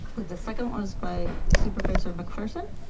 the second was by supervisor mcpherson.